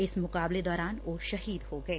ਇਸ ਮੁਕਾਬਲੇ ਦੌਰਾਨ ਉਹ ਸ਼ਹੀਦ ਹੋ ਗਏ